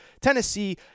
Tennessee